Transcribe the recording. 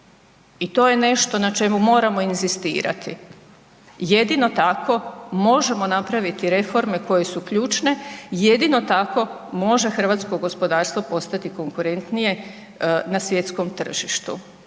i to je nešto na čemu moramo inzistirati, jedino tako možemo napraviti reforme koje su ključne, jedino tako može hrvatsko gospodarstvo postati konkurentnije na svjetskom tržištu,